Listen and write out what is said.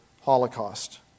holocaust